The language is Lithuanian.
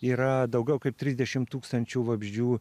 yra daugiau kaip trisdešimt tūkstančių vabzdžių